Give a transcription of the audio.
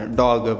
dog